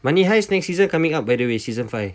money heist next season coming up by the way season five